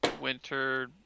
winter